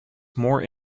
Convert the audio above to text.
more